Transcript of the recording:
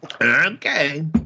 Okay